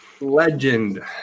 Legend